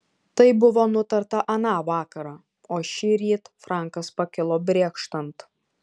tai buvo nutarta aną vakarą o šįryt frankas pakilo brėkštant